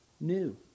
new